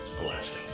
Alaska